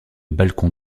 balcons